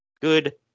Good